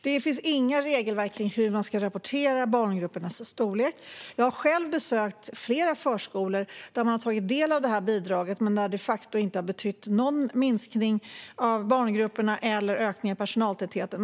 Det finns inget regelverk kring hur man ska rapportera barngruppernas storlek. Jag har själv besökt flera förskolor som har tagit del av detta bidrag där det de facto inte har inneburit någon minskning av barngrupperna eller någon ökning av personaltätheten.